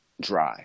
dry